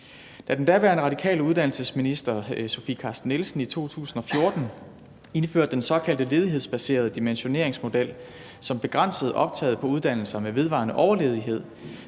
Da den daværende radikale uddannelsesminister Sofie Carsten Nielsen i 2014 indførte den såkaldte ledighedsbaserede dimensioneringsmodel, som begrænsede optaget på uddannelser med vedvarende overledighed,